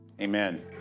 Amen